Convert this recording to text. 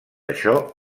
això